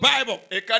Bible